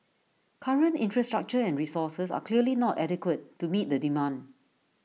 current infrastructure and resources are clearly not adequate to meet the demand